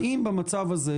האם במצב הזה,